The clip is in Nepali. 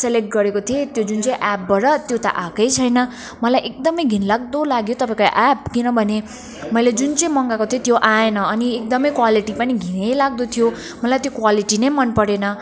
सेलेक्ट गरेको थिएँ त्यो जुन चाहिँ एप्पबाट त्यो त आएकै छैन मलाई एकदमै घिनलाग्दो लाग्यो तपाईँको एप्प किनभने मैले जुन चाहिँ मँगाएको थिएँ त्यो आएन अनि एकदमै क्वालिटी पनि घिनैलाग्दो थियो मलाई त्यो क्वालिटी नै मन परेन